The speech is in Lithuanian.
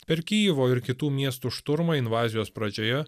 per kijevo ir kitų miestų šturmą invazijos pradžioje